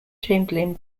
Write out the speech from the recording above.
chamberlin